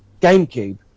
GameCube